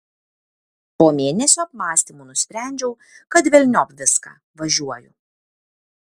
po mėnesio apmąstymų nusprendžiau kad velniop viską važiuoju